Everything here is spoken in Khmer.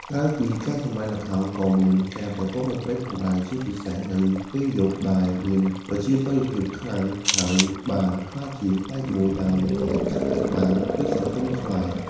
ក្រៅពីការសម្ដែងល្ខោន ក៏មានការប្រគំតន្ត្រីផងដែរ ជាពិសេសនៅពេលយប់ដែលមានប្រជាប្រិយភាពខ្លាំង ហើយបានក្លាយជាផ្នែកមួយដែលមិនអាចកាត់ផ្ដាច់បានពីសង្គមខ្មែរ។